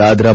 Dadra